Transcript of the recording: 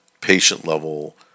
patient-level